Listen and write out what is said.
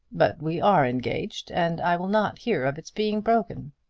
but we are engaged, and i will not hear of its being broken.